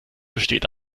besteht